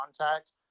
contact